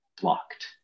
blocked